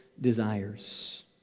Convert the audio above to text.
desires